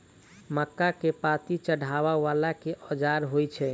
मक्का केँ पांति चढ़ाबा वला केँ औजार होइ छैय?